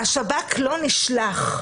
שהשב"כ לא נשלח,